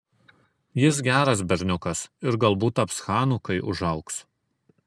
jis geras berniukas ir galbūt taps chanu kai užaugs